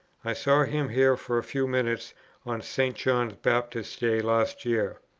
i saw him here for a few minutes on st. john baptist's day last year.